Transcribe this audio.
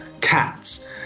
cats